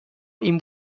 این